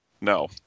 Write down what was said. No